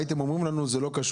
הייתם אומרים לנו שזה לא קשור